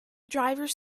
drivers